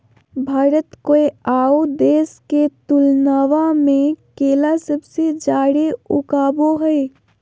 भारत कोय आउ देश के तुलनबा में केला सबसे जाड़े उगाबो हइ